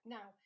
Now